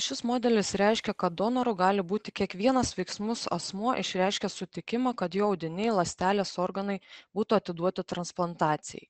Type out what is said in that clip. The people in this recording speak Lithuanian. šis modelis reiškia kad donoru gali būti kiekvienas veiksmus asmuo išreiškęs sutikimą kad jo audiniai ląstelės organai būtų atiduoti transplantacijai